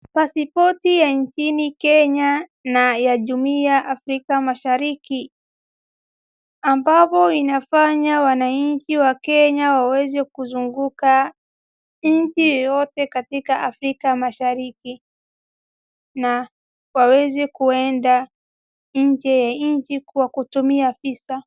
Pasipoti ya nchini Kenya na ya jumuhia Africa mashariki ambapo inafanya wananchi wa Kenya waweze kuzunguka nchi yeyote katika Africa mashariki na waweze kuenda nje ya nchi kwa kutumia visa.